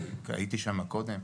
כי הייתי שמה קודם,